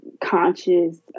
conscious